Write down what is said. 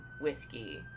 whiskey